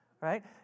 Right